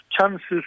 chances